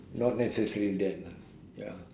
not necessary then lah ya